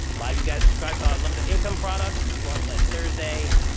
lot of you guys subscribed to our unlimited income product. we launched last thursday.